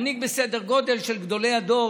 מנהיג בסדר גודל של גדולי התורה,